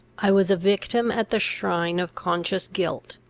i was a victim at the shrine of conscious guilt,